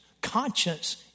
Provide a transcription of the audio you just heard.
Conscience